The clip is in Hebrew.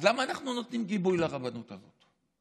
אז למה אנחנו נותנים גיבוי לרבנות הזאת?